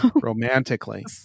romantically